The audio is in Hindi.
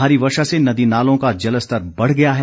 भारी वर्षा से नदी नालों का जल स्तर बढ़ गया है